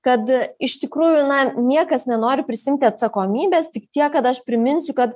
kad iš tikrųjų na niekas nenori prisiimti atsakomybės tik tiek kad aš priminsiu kad